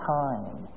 time